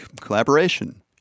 collaboration